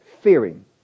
fearing